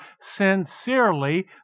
sincerely